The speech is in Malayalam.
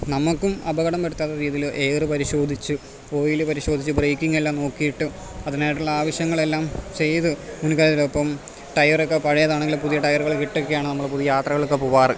നമുക്കും അപകടം വരുത്താതെ രീതിയിൽ എയർ പരിശോധിച്ചും ഓയിൽ പരിശോധിച്ചും ബ്രേക്കിംഗ് എല്ലാം നോക്കിയിട്ട് അതിനായിട്ടുള്ള ആവശ്യങ്ങളെല്ലാം ചെയ്ത് ടയറൊക്കെ പഴയതാണെങ്കിലും പുതിയ ടയറുകൾ ഇട്ടൊക്കെയാണ് നമ്മൾ പുതിയ യാത്രകൾ ഒക്കെ പോകാറ്